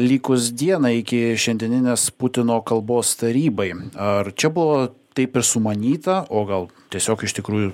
likus dienai iki šiandieninės putino kalbos tarybai ar čia buvo taip ir sumanyta o gal tiesiog iš tikrųjų